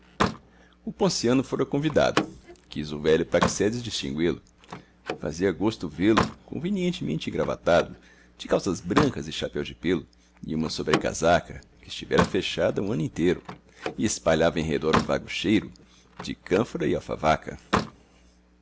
acabo o ponciano fora convidado quis o velho praxedes distingüi-lo fazia gosto vê-lo convenientemente engravatado de calças brancas e chapéu de pêlo e uma sobrecasaca que estivera fechada um ano inteiro e espalhava em redor um vago cheiro de cânfora e alfavaca mal que o